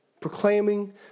proclaiming